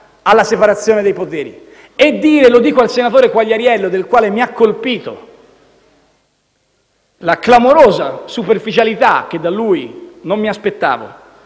alla separazione dei poteri. Lo dico al senatore Quagliariello, del quale mi ha colpito la clamorosa superficialità, che da lui non mi aspettavo,